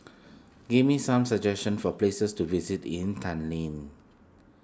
give me some suggestions for places to visit in Tallinn